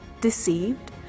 deceived